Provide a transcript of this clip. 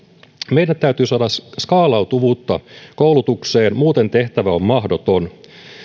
meidän täytyy saada skaalautuvuutta koulutukseen muuten tehtävä on mahdoton